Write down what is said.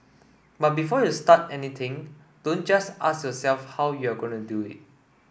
but before you start anything don't just ask yourself how you're going to do it